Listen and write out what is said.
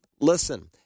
listen